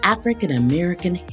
African-American